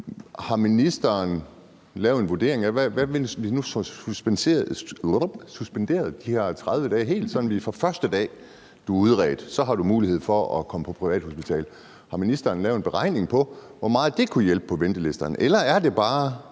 om ministeren har lavet en vurdering af situationen, hvis vi nu suspenderede de her 30 dage helt, sådan at du, fra første dag du er udredt, har mulighed for at komme på privathospital? Har ministeren lavet en beregning af, hvor meget det kunne hjælpe på ventelisterne, eller er det bare